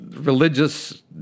religious